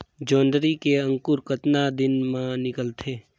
जोंदरी के अंकुर कतना दिन मां निकलथे?